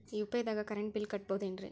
UPI ದಾಗ current bill ಕಟ್ಟಬಹುದೇನ್ರಿ?